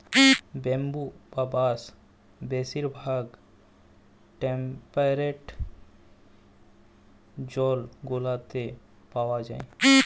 bamboo বা বাঁশ বেশির ভাগ টেম্পরেট জোল গুলাতে পাউয়া যায়